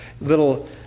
little